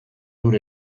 lur